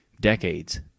decades